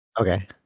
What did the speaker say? Okay